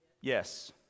Yes